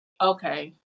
okay